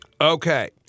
Okay